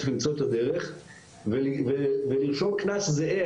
צריך למצוא את הדרך ולרשום קנס זהה.